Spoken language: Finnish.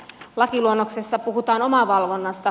lakiluonnoksessa puhutaan omavalvonnasta